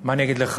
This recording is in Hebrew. שמה אני אגיד לך?